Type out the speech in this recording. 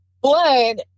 blood